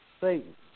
Satan